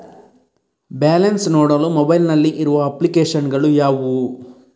Balance ನೋಡಲು mobile ನಲ್ಲಿ ಇರುವ ಅಪ್ಲಿಕೇಶನ್ ಗಳು ಯಾವುವು?